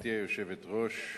גברתי היושבת-ראש,